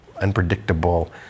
unpredictable